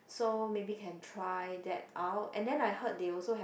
so maybe can try that out and then I heard they also have